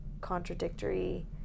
contradictory